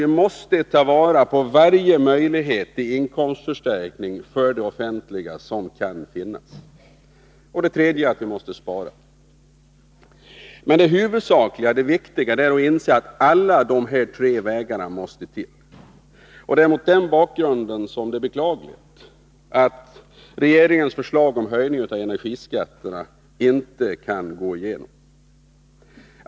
Vi måste ta vara på varje möjlighet till inkomstförstärkning för det offentliga som kan finnas. 3. Vi måste spara. Det viktiga är att inse att alla de här tre vägarna måste till. Det är mot den bakgrunden som det är beklagligt att regeringens förslag om höjning av energiskatterna inte kan gå igenom.